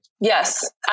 yes